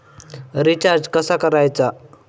Recharge कसा करायचा?